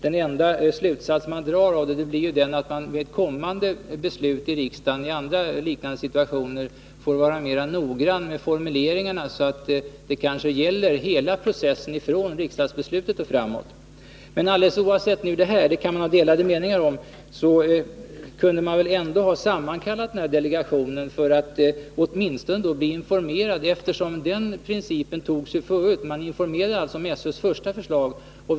Den enda slutsats som kan dras är att vi, vid kommande beslut i riksdagen i liknande situationer, får vara mer noggranna med formuleringarna, så att exempelvis en uppföljning kan gälla hela processen, från riksdagsbeslutet och framåt. Men alldeles oavsett detta, som man kan ha delade meningar om, kunde väl delegationen ha sammankallats för att åtminstone bli informerad, eftersom den principen gällt tidigare. Man informerade om SÖ:s första förslag.